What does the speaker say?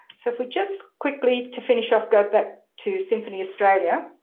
so if we just, quickly to finish off, go back to symphony australia.